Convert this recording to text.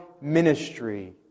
ministry